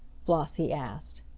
flossie asked.